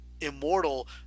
immortal